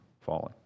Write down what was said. falling